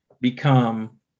become